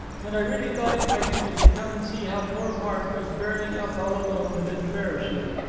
and i really thought it my duty to come and see how poor mark was bearing up all alone at inverashiel.